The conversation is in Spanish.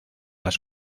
las